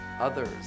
others